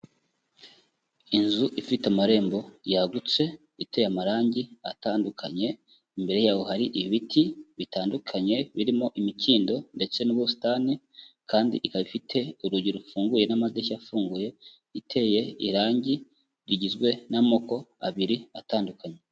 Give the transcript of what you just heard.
Inzu ifite amarembo yagutse, iteye amarangi atandukanye, imbere yaho hari ibiti bitandukanye, birimo imikindo ndetse n'ubusitani, kandi ikaba ifite urugi rufunguye n'amadirishya afunguye, iteye irangi rigizwe n'amoko abiri atandukanye.